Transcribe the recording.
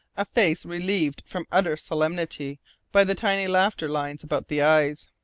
a face relieved from utter solemnity by the tiny laughter lines about the eyes.